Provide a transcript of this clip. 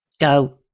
go